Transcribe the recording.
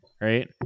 right